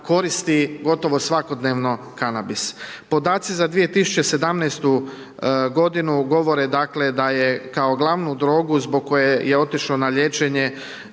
koristi gotovo svakodnevno kanabis. Podaci za 2017.g. govore dakle, da je kao glavnu drogu zbog koje je otišao na liječenje